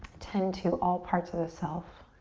tend to all parts of the self.